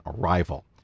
arrival